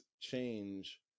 change